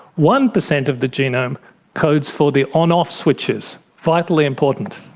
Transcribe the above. one percent of the genome codes for the on off switches, vitally important.